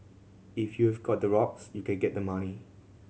if you've got the rocks you can get the money